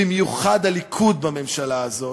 במיוחד הליכוד בממשלה הזאת,